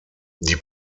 die